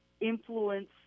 influence